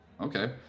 okay